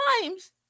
times